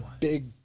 big